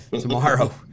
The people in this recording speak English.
tomorrow